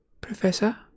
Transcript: Professor